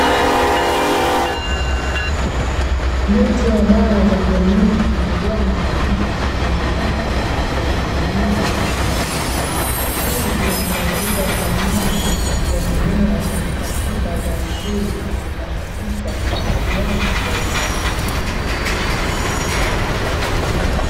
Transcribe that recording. Miti ya dawa za kienyeji imejaa matunda yenye afya kwa matumizi ya matibabu, hii inaangazia thamani ya mimea katika tiba za asili na kuhamasisha matumizi yake kwa usahihi.